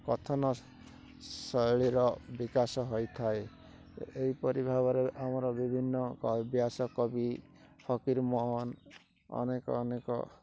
କଥନ ଶୈଳୀର ବିକାଶ ହୋଇଥାଏ ଏହିପରି ଭାବରେ ଆମର ବିଭିନ୍ନ ବ୍ୟାସ କବି ଫକୀରମୋହନ ଅନେକ ଅନେକ